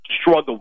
struggle